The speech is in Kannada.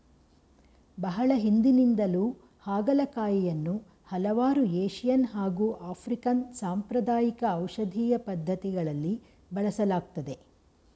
ಬಹಳ ಹಿಂದಿನಿಂದಲೂ ಹಾಗಲಕಾಯಿಯನ್ನು ಹಲವಾರು ಏಶಿಯನ್ ಹಾಗು ಆಫ್ರಿಕನ್ ಸಾಂಪ್ರದಾಯಿಕ ಔಷಧೀಯ ಪದ್ಧತಿಗಳಲ್ಲಿ ಬಳಸಲಾಗ್ತದೆ